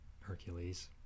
Hercules